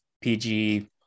PG